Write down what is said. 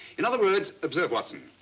in other words, observe, watson.